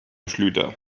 schlüter